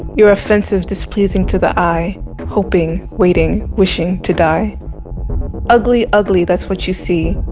you're offensive displeasing to the eye hoping waiting wishing to die ugly ugly that's what you see.